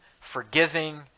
forgiving